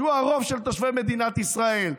שהוא הרוב של תושבי מדינת ישראל,